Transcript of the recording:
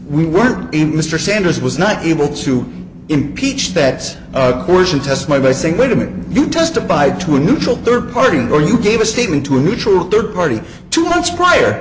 we weren't him mr sanders was not able to impeach that portion test my by saying wait a minute you testified to a neutral third party or you gave a statement to a neutral third party two months prior